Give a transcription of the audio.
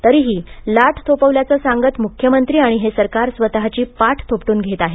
तरीही लाट थोपवल्याचे सांगत मुख्यमंत्री आणि हे सरकार स्वतःची पाठ थोपटून घेत आहेत